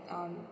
um